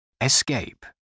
Escape